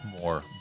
more